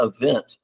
event